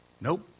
Nope